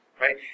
right